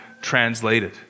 translated